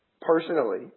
personally